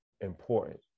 important